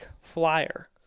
flyer